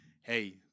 hey